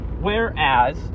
Whereas